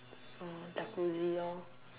uh Jacuzzi lor